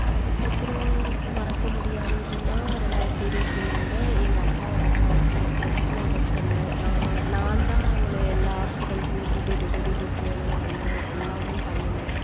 அதற்கப்பறம் மறக்கமுடியாததுன்னா ரெண்டாயிரத்து இருபத்தி மூணுல எங்கள் அம்மாவோட அம்மாவுக்கு ரொம் உடம்பு அம்மாவோட நான் நான்தான் அவங்களை எல்லா ஹாஸ்பிடலுக்குமே கூட்டிகிட்டு கூட்டிகிட்டு போனேன் வந்தேன் எல்லாமும் பண்ணுனேன்